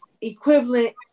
equivalent